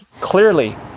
Clearly